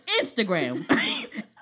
Instagram